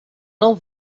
non